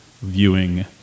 viewing